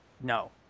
No